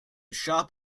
shop